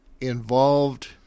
involved